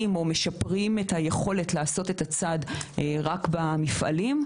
או משפרים את היכולת לעשות את הצעד רק במפעלים,